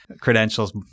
credentials